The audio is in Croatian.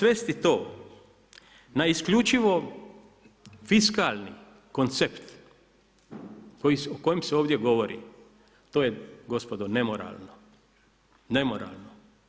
Svesti to na isključivo fiskalni koncept o kojem se ovdje govori, to je gospodo nemoralno, nemoralno.